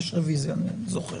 יש רוויזיה, אני זוכר.